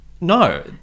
no